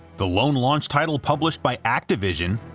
the lone launch title published by activision,